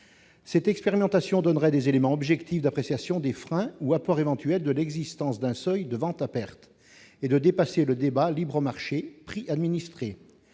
Cette expérimentation donnerait des éléments objectifs d'appréciation des freins ou apports éventuels de l'existence d'un seuil de vente à perte et permettrait de dépasser le débat opposant libre marché et prix administrés.